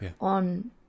on